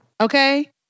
Okay